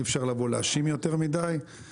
אי אפשר לבוא להאשים יותר את ההיסטוריה,